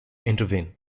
intervene